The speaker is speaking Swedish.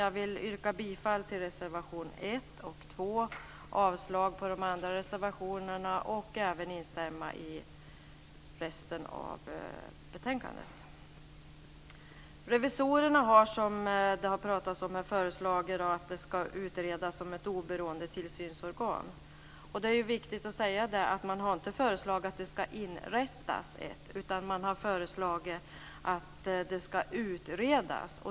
Jag vill yrka bifall till reservation 1 och 2 samt avslag på övriga reservationer. Jag ställer mig bakom betänkandet i övrigt. Som det har talats om tidigare har revisorerna föreslagit att man ska utreda behovet av ett oberoende tillsynsorgan. Det är viktigt att påpeka att man inte har föreslagit att ett sådant ska inrättas, utan man har föreslagit att det ska utredas.